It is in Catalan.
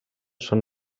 són